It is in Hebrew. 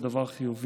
זה דבר חיובי.